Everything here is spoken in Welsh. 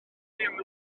ddim